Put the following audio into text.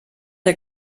der